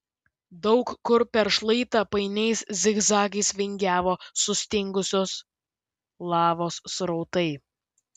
daug kur per šlaitą painiais zigzagais vingiavo sustingusios lavos srautai